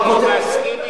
אבל הנייה מקבל את הגישה